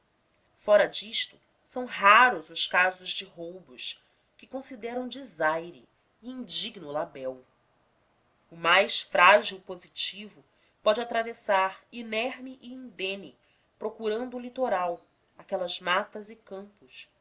fora disto são raros os casos de roubos que consideram desaire e indigno labéu o mais frágil positivo pode atravessar inerme e indene procurando o litoral aquelas matas e campos